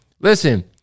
Listen